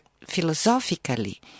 philosophically